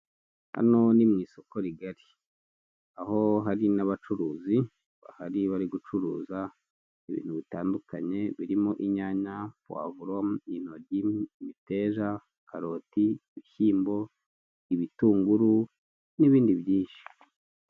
Hano ni mu isoko rigari, aho hari n'abacuruzi bahari bari gucuruza ibintu bitandukanye birimo inyanya, puwavuro, intoryi, imiteja, karoti, ibishyimbo, ibitunguru n'ibindi byinshi.